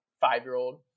five-year-old